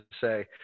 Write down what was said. say